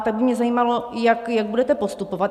Tak by mě zajímalo, jak budete postupovat.